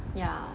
ya